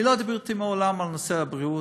היא לא דיברה אתי מעולם על נושא הבריאות,